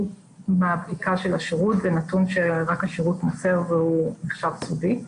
מהבדיקה של השירות זה נתון שרק השירות נותן והוא נחשב סודי.